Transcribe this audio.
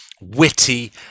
witty